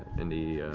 and he